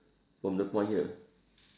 from the point here